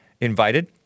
invited